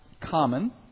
common